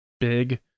big